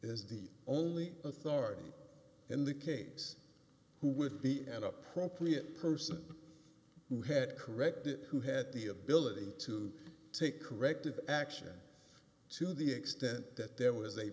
is the only authority in the case who would be an appropriate person who had corrective who had the ability to take corrective action to the extent that there was a